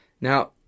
Now